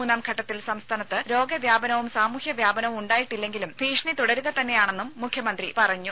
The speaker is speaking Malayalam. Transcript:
മൂന്നാംഘട്ടത്തിൽ സംസ്ഥാനത്ത് രോഗവ്യാപനവും സാമൂഹ്യവ്യാപനവും ഉണ്ടായിട്ടില്ലെങ്കിലും ഭീഷണി തുടരുക തന്നെയാണെന്നും മുഖ്യമന്ത്രി പറഞ്ഞു